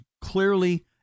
clearly